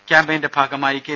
ക്യാമ്പയിന്റെ ഭാഗമായി കെ